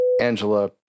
Angela